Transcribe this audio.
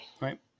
Right